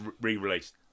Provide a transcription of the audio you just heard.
re-released